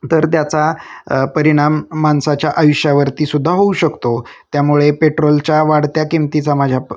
तर त्याचा परिणाम माणसाच्या आयुष्यावरतीसुद्धा होऊ शकतो त्यामुळे पेट्रोलच्या वाढत्या किमतीचा माझ्या प